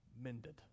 mended